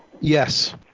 Yes